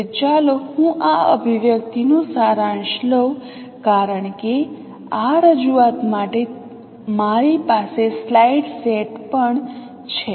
તેથી ચાલો હું આ અભિવ્યક્તિઓનો સારાંશ લઉં કારણ કે આ રજૂઆત માટે મારી પાસે સ્લાઇડ સેટ પણ છે